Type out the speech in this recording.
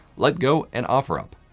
letgo and offerup.